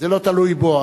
זה לא תלוי בו.